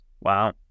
wow